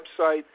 website